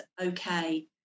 okay